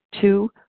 Two